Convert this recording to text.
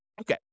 Okay